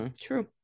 true